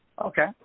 Okay